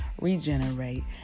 Regenerate